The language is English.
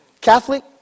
Catholic